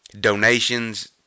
donations